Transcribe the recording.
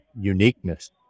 uniqueness